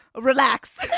relax